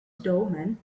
dorman